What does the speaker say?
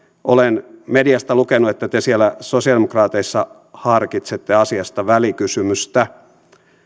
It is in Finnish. olen mediasta lukenut että te siellä sosialidemokraateissa harkitsette asiasta välikysymystä